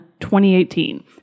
2018